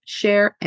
share